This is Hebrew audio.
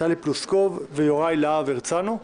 טלי פלוסקוב ויוראי להב הרצנו,